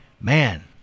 Man